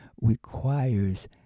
requires